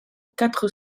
quatre